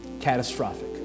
catastrophic